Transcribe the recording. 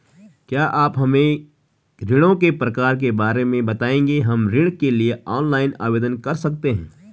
क्या आप हमें ऋणों के प्रकार के बारे में बताएँगे हम ऋण के लिए ऑनलाइन आवेदन कर सकते हैं?